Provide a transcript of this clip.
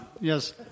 Yes